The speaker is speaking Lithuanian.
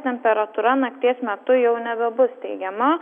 temperatūra nakties metu jau nebebus teigiama